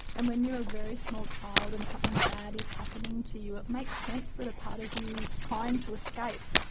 and when you're a very small child and something bad is happening to you, it makes sense that a part of you you is trying to escape,